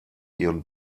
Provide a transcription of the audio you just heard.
ihren